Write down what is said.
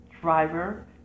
driver